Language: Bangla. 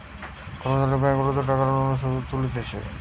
কমার্শিয়াল ব্যাঙ্ক গুলাতে লোকরা টাকা রেখে শুধ তুলতিছে